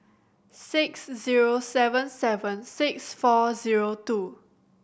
six zero seven seven six four zero two